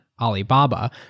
alibaba